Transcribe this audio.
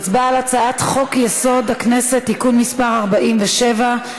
הצבעה על הצעת חוק-יסוד: הכנסת (תיקון מס' 47)